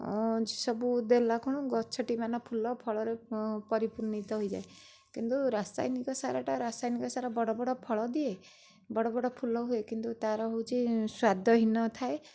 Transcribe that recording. ସବୁ ଦେଲାକୁଣୁ ଗଛଟି ମାନ ଫୁଲ ଫଳରେ ପରିପୂର୍ଣ୍ଣ ହୋଇଯାଏ କିନ୍ତୁ ରାସାୟନିକ ସାରଟା ରାସାୟନିକ ସାରଟା ବଡ଼ ବଡ଼ ଫଳ ଦିଏ ବଡ଼ ବଡ଼ ଫୁଲ ହୁଏ କିନ୍ତୁ ତାର ହେଉଛି ସ୍ୱାଦହିନ ଥାଏ